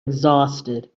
exhausted